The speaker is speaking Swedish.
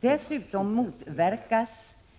Dessutom motverkas